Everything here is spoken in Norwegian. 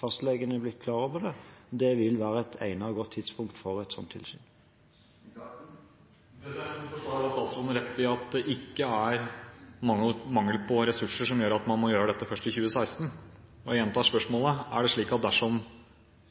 fastlegene har blitt klar over det. Det vil være et egnet og godt tidspunkt for et sånt tilsyn. Men forstår jeg da statsråden rett i at det ikke er mangel på ressurser som gjør at man må gjøre dette først i 2016? Og jeg gjentar spørsmålet: Er det slik at dersom